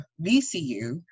VCU